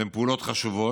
אלו פעולות חשובות.